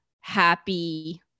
happy